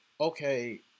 okay